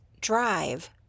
drive